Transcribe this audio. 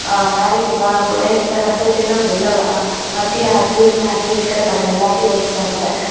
வேலைக்கு போனால்கூட இந்த கஷ்டத்துலேருந்து நம்ம வெளில வர்லாம் வட்டி அது இதுன்னு நகை இருக்கிற கடன் எல்லாத்தையும் வச்சுட்டாக்கூட